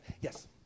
Yes